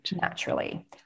naturally